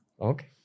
Okay